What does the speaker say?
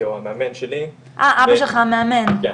שהוא המאמן שלי,